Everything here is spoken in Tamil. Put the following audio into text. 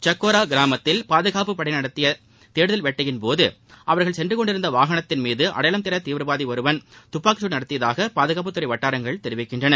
சக்கோரா கிராமத்தில் பாதுகாப்பு படையினர் நடத்திவந்த தேடுதல் வேட்டையின் போது அவர்கள் சென்றுக்கொண்டிருந்த வாகனத்தின் மீது அடையாளம் தெரியாத தீவிரவாதி துப்பாக்கிச்சூடு நடத்தியதாக பாதுகாப்புத் துறை வட்டாரங்கள் தெரிவிக்கின்றன